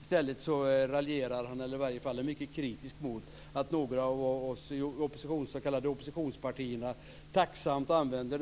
I stället raljerar han över, eller är i varje fall mycket kritisk till, att några av oss i de s.k. oppositionspartierna tacksamt använder